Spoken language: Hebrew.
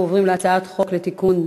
אנחנו עוברים להצעת חוק לתיקון,